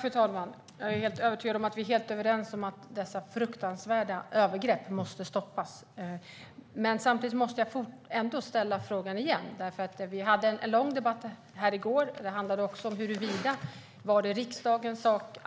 Fru talman! Jag är helt övertygad om att vi är helt överens om att dessa fruktansvärda övergrepp måste stoppas. Samtidigt måste jag ändå ställa frågan igen, därför att vi hade en lång debatt här i går som även handlade om huruvida det var riksdagens sak